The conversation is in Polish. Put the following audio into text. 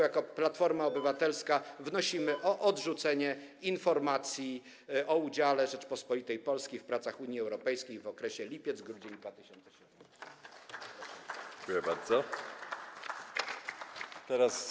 Jako Platforma Obywatelska wnosimy o odrzucenie informacji o udziale Rzeczypospolitej Polskiej w pracach Unii Europejskiej w okresie lipiec-grudzień 2017 r.